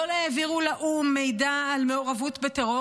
לא העבירו לאו"ם מידע על מעורבות בטרור,